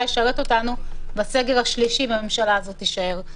ישרת אותנו בסגר השלישי אם הממשלה הזאת תישאר.